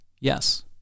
yes